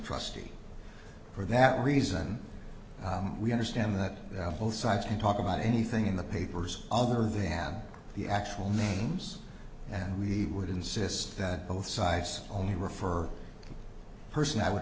trustee for that reason we understand that both sides can talk about anything in the papers other than the actual names and we would insist that both sides only refer person i would